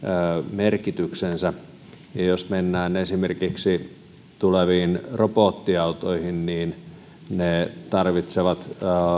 merkityksensä jos mennään esimerkiksi tuleviin robottiautoihin niin ne tarvitsevat